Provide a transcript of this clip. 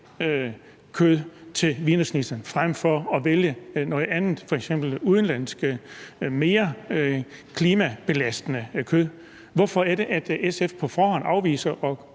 kød til wienerschnitzel frem for at vælge noget andet f.eks. udenlandsk og mere klimabelastende kød. Hvorfor er det, SF på forhånd afviser at